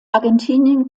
argentinien